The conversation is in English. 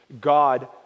God